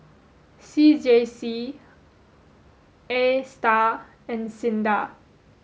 C J C ASTAR and SINDA